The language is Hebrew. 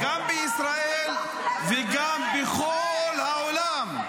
גם בישראל וגם בכל העולם.